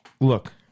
look